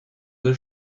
deux